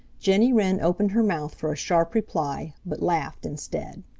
jenny wren opened her mouth for a sharp reply, but laughed instead.